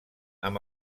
amb